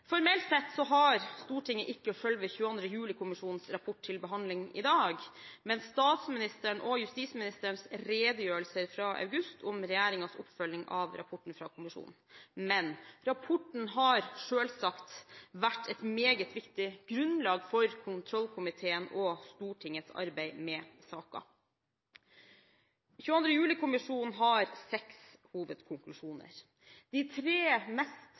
Formelt sett har Stortinget ikke selve 22. juli-kommisjonens rapport til behandling i dag, men statsministerens og justisministerens redegjørelser fra august om regjeringens oppfølging av rapporten fra kommisjonen. Men rapporten har selvsagt vært et meget viktig grunnlag for kontrollkomiteens og Stortingets arbeid med saken. 22. juli-kommisjonen har seks hovedkonklusjoner. De tre mest